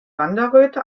wanderröte